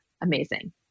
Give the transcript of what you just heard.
amazing